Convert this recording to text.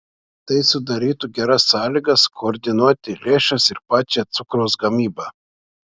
tai sudarytų geras sąlygas koordinuoti lėšas ir pačią cukraus gamybą